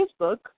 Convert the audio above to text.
Facebook